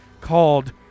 called